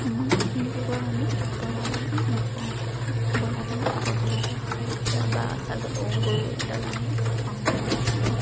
এইখিনি কুকুৰাক আমি ব্ৰইলাৰ দানা নোখুৱাওঁ ব্ৰইলাৰ দানা খোৱাবলগীয়া হয় এতিয়া বা গৰু দানাহে খুৱাওঁ আমি